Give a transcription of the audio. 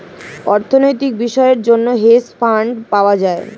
অর্থনৈতিক বিষয়ের জন্য হেজ ফান্ড পাওয়া যায়